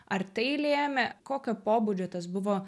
ar tai lėmė kokio pobūdžio tas buvo